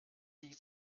die